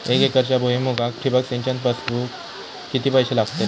एक एकरच्या भुईमुगाक ठिबक सिंचन बसवूक किती पैशे लागतले?